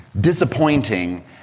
disappointing